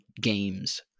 games